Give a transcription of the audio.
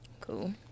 Cool